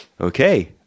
okay